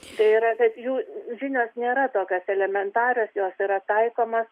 tai yra kad jų žinios nėra tokios elementarios jos yra taikomas